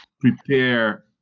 prepare